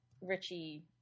Richie